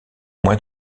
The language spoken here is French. mois